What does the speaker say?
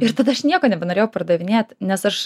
ir tada aš nieko nebenorėjau pardavinėt nes aš